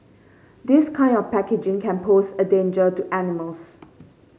this kind of packaging can pose a danger to animals